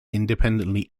independently